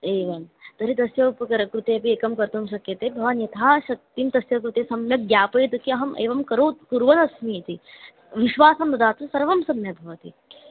एवं तर्हि तस्य उपकर कृते अपि एकं कर्तुं शक्यते भवान् यथाशक्तिं तस्य कृते सम्यग् ज्ञापयतु किम् अहम् एवं करोत् कुर्वनस्मि इति विश्वासं ददातु सर्वं सम्यक् भवति